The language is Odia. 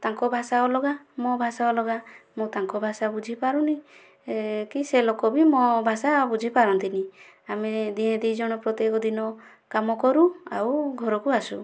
ତାଙ୍କ ଭାଷା ଅଲଗା ମୋ ଭାଷା ଅଲଗା ମୁଁ ତାଙ୍କ ଭାଷା ବୁଝିପାରୁନାହିଁ କି ସେ ଲୋକ ବି ମୋ' ଭାଷା ବୁଝି ପାରନ୍ତିନାହିଁ ଆମେ ଦୁହେଁ ଦୁଇ ଜଣ ପ୍ରତ୍ୟକ ଦିନ କାମ କରୁ ଆଉ ଘରକୁ ଆସୁ